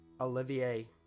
Olivier